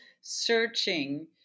searching